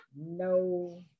no